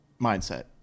mindset